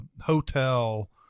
hotel